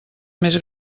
més